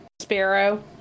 Sparrow